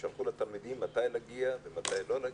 הם שלחו לתלמידים מתי להגיע ומתי לא להגיע.